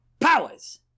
Powers